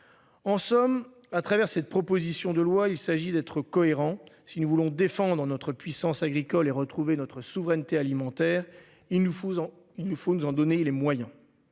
En somme, à travers cette proposition de loi, il s'agit d'être cohérent. Si nous voulons défendre notre puissance agricole et retrouver notre souveraineté alimentaire il nous faisons. Il nous faut nous en donner les moyens.